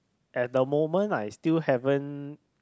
at the moment I still haven't